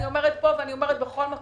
אני אומרת פה ובכל מקום,